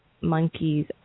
Monkey's